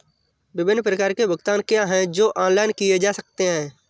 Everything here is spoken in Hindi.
विभिन्न प्रकार के भुगतान क्या हैं जो ऑनलाइन किए जा सकते हैं?